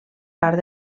part